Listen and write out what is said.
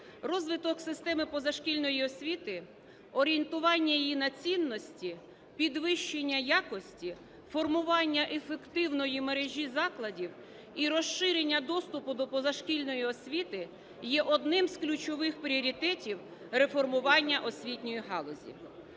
Розвиток системи позашкільної освіти, орієнтування її на цінності, підвищення якості, формування ефективної мережі закладів і розширення доступу до позашкільної освіти є одним з ключових пріоритетів реформування освітньої галузі.